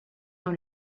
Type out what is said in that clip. dans